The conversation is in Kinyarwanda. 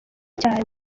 cyane